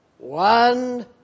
One